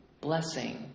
blessing